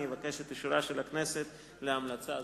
אני אבקש את אישורה של הכנסת להמלצה זו.